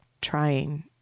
trying